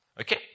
Okay